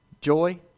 Joy